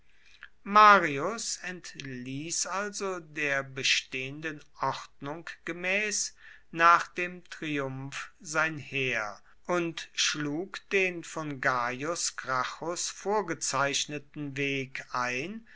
marius entließ also der bestehenden ordnung gemäß nach dem triumph sein heer und schlug den von gaius gracchus vorgezeichneten weg ein